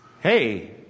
Hey